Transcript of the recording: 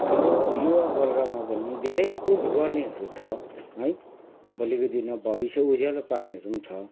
हाम्रो युवावर्गमा पनि धेरै कुछ गर्नेहरू छ है भोलिको दिनमा भविष्य उज्यालो पार्नेहरू पनि छ